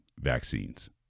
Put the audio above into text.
vaccines